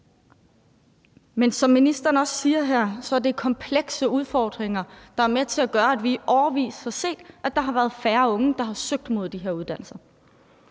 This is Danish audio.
Men som ministeren siger her, er det komplekse udfordringer, der er med til at gøre, at vi i årevis har set, at der er færre unge, der har søgt mod de her uddannelser.